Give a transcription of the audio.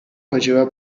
faceva